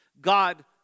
God